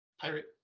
pirate